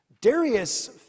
Darius